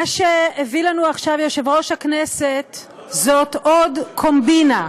מה שהביא לנו עכשיו יושב-ראש הכנסת זאת עוד קומבינה.